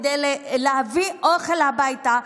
כדי להביא אוכל הביתה,